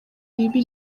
ribi